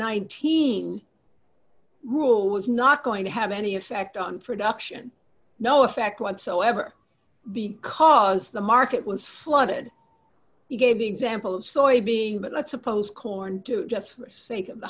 nineteen rule was not going to have any effect on production no effect whatsoever because the market was flooded he gave the example soybean but let's suppose corn to just for sake of the